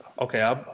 okay